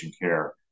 care